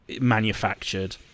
manufactured